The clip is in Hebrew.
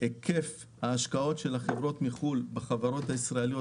היקף ההשקעות של החברות בחו"ל בחברות הישראליות